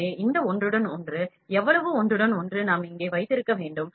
எனவே இந்த ஒன்றுடன் ஒன்று எவ்வளவு ஒன்றுடன் ஒன்று நாம் இங்கே வைத்திருக்க வேண்டும்